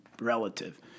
relative